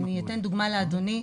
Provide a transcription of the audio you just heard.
אני אתן דוגמה לאדוני,